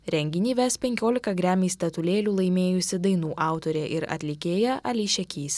renginį ves penkiolika grammy statulėlių laimėjusi dainų autorė ir atlikėja alyšia kys